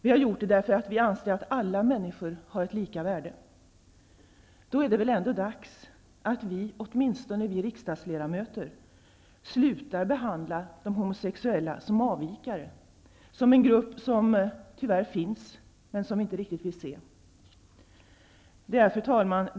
Vi har gjort det därför att vi anser att alla människor har ett lika värde. Då är det väl ändå dags att åtminstone vi riksdagsledamöter slutar upp att behandla de homosexuella som avvikare, som en grupp som tyvärr finns, men som vi inte riktigt vill se. Fru talman!